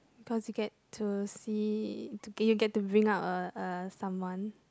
cause you get to see you get to bring up uh uh someone